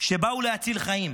שבאו להציל חיים.